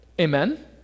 Amen